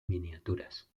miniaturas